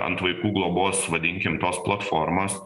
ant vaikų globos vadinkim tos platformos